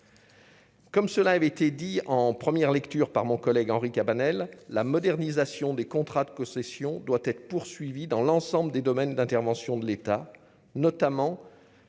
Comme cela avait été dit en première lecture par mon collègue Henri Cabanel la modernisation des contrats de concession doit être poursuivie dans l'ensemble des domaines d'intervention de l'État, notamment